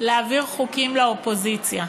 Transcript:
להעביר חוקים לאופוזיציה.